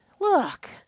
Look